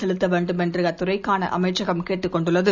செலுத்த வேண்டும் என்று அத்துறைக்கான அமைச்சகம் கேட்டுக் கொண்டுள்ளது